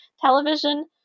television